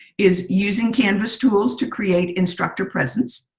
is using canvas tools to create instructor presence.